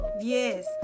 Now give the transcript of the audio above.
Yes